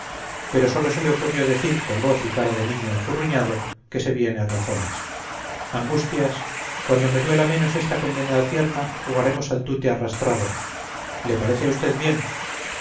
pero sólo le ocurrió decir con voz y cara de niño enfurruñado que se viene a razones angustias cuando me duela menos esta condenada pierna jugaremos al tute arrastrado le parece a usted bien